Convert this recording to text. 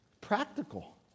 Practical